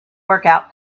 workout